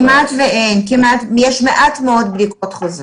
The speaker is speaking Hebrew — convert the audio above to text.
כמעט ואין, יש מעט מאוד בדיקות חוזרות.